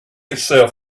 itself